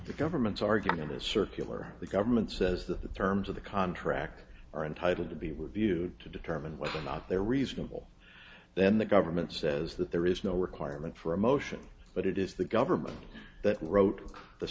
the government's argument is circular the government says that the terms of the contract are entitled to be reviewed to determine whether or not they're reasonable then the government says that there is no requirement for a motion but it is the government that wrote the